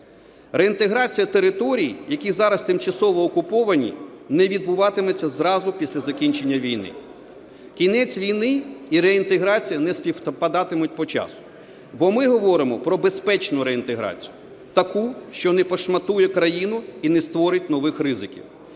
Реінтеграція територій, які зараз тимчасово окуповані не відбуватиметься зразу після закінчення війни. Кінець війни і реінтеграція не співпадатимуть по часу. Бо ми говоримо про безпечну реінтеграцію – таку, що не пошматує країну і не створить нових ризиків.